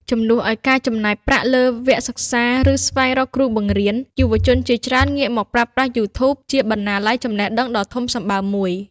ជំនួសឱ្យការចំណាយប្រាក់លើវគ្គសិក្សា ឬស្វែងរកគ្រូបង្រៀន យុវជនជាច្រើនងាកមកប្រើប្រាស់ YouTube ជាបណ្ណាល័យចំណេះដឹងដ៏ធំសម្បើមមួយ។